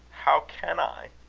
how can i?